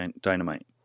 Dynamite